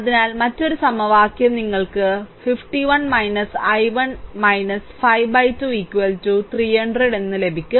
അതിനാൽ മറ്റൊരു സമവാക്യം നിങ്ങൾക്ക് 51 i1 52 300 ലഭിക്കും